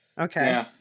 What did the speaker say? Okay